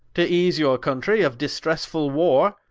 to ease your countrie of distressefull warre,